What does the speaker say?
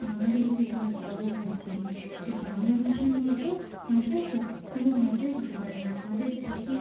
বাঙালি বলে আমরা গর্ব বোধ করি যে বাংলা ভাষার মতো ভাষা কোনো ভাষাই হতে পারে না আমাদের যেহেতু